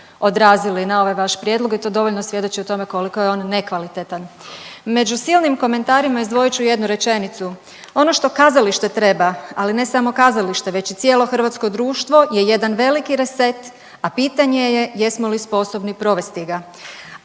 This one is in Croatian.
odrazili na ovaj vaš prijedlog i to dovoljno svjedoči o tome koliko je on nekvalitetan. Među silnim komentarima izdvojit ću jednu rečenicu. Ono što kazalište treba, ali ne samo kazalište već i cijelo hrvatsko društvo je jedan veliki reset, a pitanje je jesmo li sposobni provesti ga,